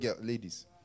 ladies